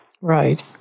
right